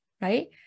right